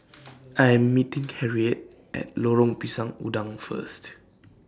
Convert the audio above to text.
I Am meeting Harriette At Lorong Pisang Udang First